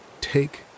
Take